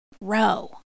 Row